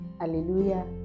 Alleluia